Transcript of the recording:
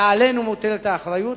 ועלינו מוטלת האחריות,